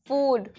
Food